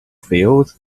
field